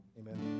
Amen